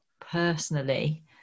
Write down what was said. personally